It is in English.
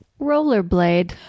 rollerblade